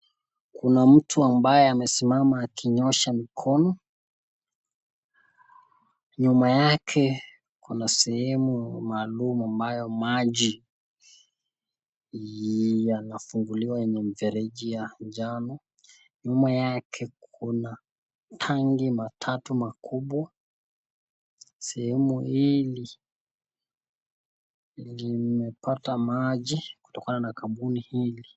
Kuna mtu ambaye amesimama akinyoosha mkono, nyuma yake kuna sehemu maalum ambaye yamefunguliwa kwenye mfereji ya njano. Kuna tanki makubwa matatu ,sehemu hii imepata maji kutokana na kampuni hili.